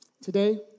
Today